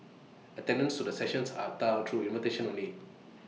attendance to the sessions are through invitation only